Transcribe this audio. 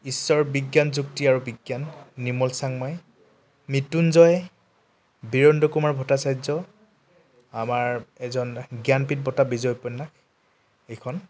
ঈশ্বৰ বিজ্ঞানযুক্তি আৰু বিজ্ঞান নিৰ্মল চাংমাই মৃত্যুঞ্জয় বীৰেন্দ্ৰ কুমাৰ ভট্টাচাৰ্য আমাৰ এজন জ্ঞানপীঠ বঁটা বিজয় উপন্যাস এইখন